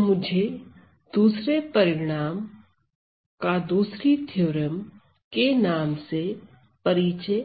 तो मुझे दूसरे परिणाम का दूसरी थ्योरम के नाम से परिचय